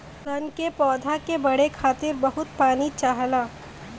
सन के पौधा के बढ़े खातिर बहुत पानी चाहला